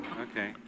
Okay